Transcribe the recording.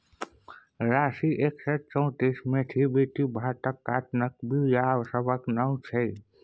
राशी एक सय चौंतीस, मोथीबीटी भारतक काँटनक बीया सभक नाओ छै